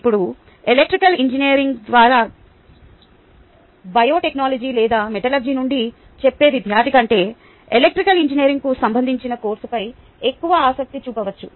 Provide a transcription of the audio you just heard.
ఇప్పుడు electrical engineering విద్యార్థి biotechnology లేదా మెటలర్జీ నుండి చెప్పే విద్యార్థి కంటే ఎలక్ట్రికల్ ఇంజనీరింగ్కు సంబంధించిన కోర్సుపై ఎక్కువ ఆసక్తి చూపవచ్చు